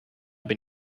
bin